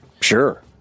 sure